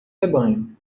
rebanho